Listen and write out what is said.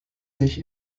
sich